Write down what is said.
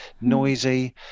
noisy